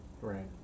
Right